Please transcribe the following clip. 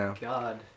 God